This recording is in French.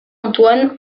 antoine